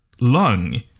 lung